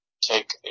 take